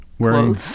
Wearing